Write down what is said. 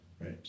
Right